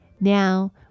Now